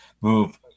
move